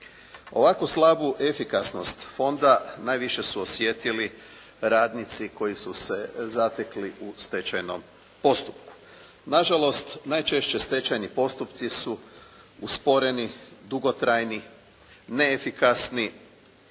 Ovako slabu efikasnost fonda najviše su osjetili radnici koji su se zatekli u stečajnom postupku. Nažalost, najčešće stečajni postupci su usporeni, dugotrajni, neefikasni